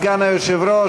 סגן היושב-ראש,